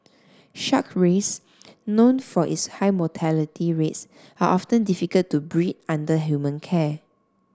shark rays known for its high mortality rates are often difficult to breed under human care